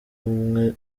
umwe